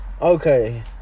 Okay